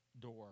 door